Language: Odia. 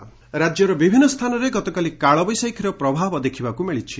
ପାଣିପାଗ ରାକ୍ୟର ବିଭିନୁ ସ୍ସାନରେ ଗତକାଲି କାଳବେଶାଖୀର ପ୍ରଭାବ ଦେଖିବାକୁ ମିଳିଛି